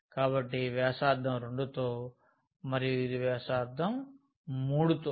కాబట్టి వ్యాసార్థం 2 తో మరియు ఇది వ్యాసార్థం 3 తో